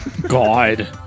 god